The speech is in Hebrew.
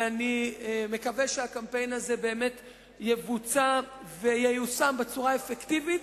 ואני מקווה שהקמפיין הזה באמת יבוצע וייושם בצורה אפקטיבית,